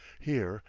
here,